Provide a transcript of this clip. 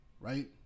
right